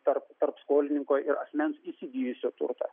tarp tarp skolininko ir asmens įsigijusio turtą